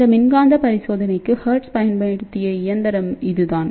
இந்த மின்காந்த பரிசோதனைக்கு ஹெர்ட்ஸ் பயன்படுத்தியஇயந்திரம்இதுதான்